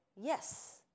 yes